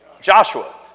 Joshua